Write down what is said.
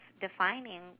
defining